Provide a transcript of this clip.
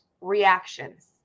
reactions